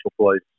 place